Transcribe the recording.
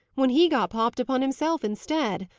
when he got popped upon himself, instead.